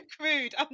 crude